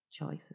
choices